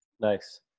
nice